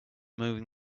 moving